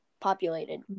populated